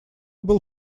был